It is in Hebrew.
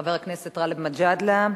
חבר הכנסת גאלב מג'אדלה.